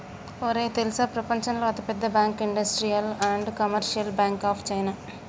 ఒరేయ్ తెల్సా ప్రపంచంలో అతి పెద్ద bank industrial and commercial bank of China